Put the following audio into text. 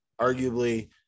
arguably